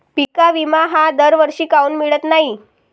पिका विमा हा दरवर्षी काऊन मिळत न्हाई?